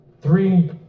three